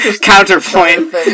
Counterpoint